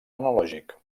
analògic